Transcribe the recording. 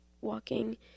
walking